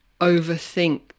overthink